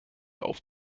auf